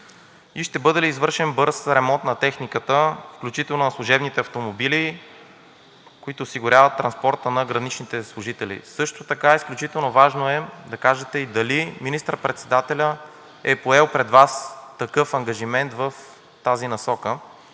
и ще бъде ли извършен бърз ремонт на техниката, включително на служебните автомобили, които осигуряват транспорта на граничните служители? Също така изключително важно е да кажете и дали министър-председателят е поел пред Вас ангажимент в тази насока,